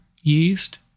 Yeast